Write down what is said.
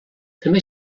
també